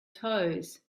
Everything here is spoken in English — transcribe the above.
toes